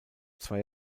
zwei